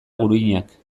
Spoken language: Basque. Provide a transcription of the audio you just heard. guruinak